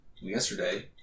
yesterday